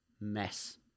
Mess